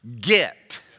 get